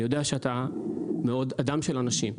אני יודע שאתה אדם של אנשים,